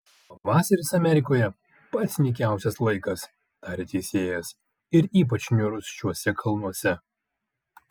pavasaris amerikoje pats nykiausias laikas tarė teisėjas ir ypač niūrus šiuose kalnuose